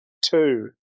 two